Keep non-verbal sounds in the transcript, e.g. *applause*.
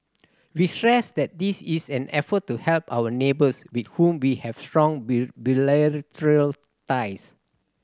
we stress that this is an effort to help our neighbours with whom we have strong *unintelligible* bilateral ties